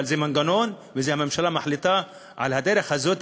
אבל זה מנגנון וזו הממשלה מחליטה על הדרך הזאת,